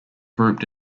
grouped